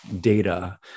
data